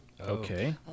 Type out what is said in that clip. Okay